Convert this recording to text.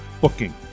booking